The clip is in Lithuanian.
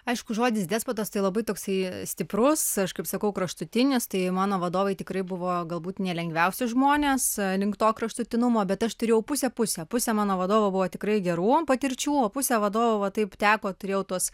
aišku žodis despotas tai labai toksai stiprus aš kaip sakau kraštutinis tai mano vadovai tikrai buvo galbūt nelengviausi žmonės link to kraštutinumo bet aš turėjau pusė pusė pusė mano vadovų buvo tikrai gerų patirčių o pusė vadovų va taip teko turėjau tuos